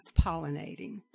pollinating